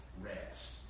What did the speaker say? rest